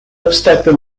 obstacle